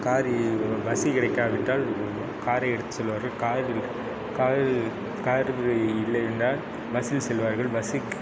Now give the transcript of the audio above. car ஏறிக்கொள்வோம் bus கிடைக்காவிட்டால் காரை எடுத்து செல்வார்கள் காரில் காரு காரு இல்லையென்றால் பஸ்ஸில் செல்வார்கள் பஸ்ஸுக்கு